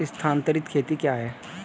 स्थानांतरित खेती क्या है?